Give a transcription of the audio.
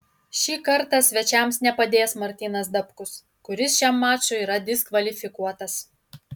šį kartą svečiams nepadės martynas dapkus kuris šiam mačui yra diskvalifikuotas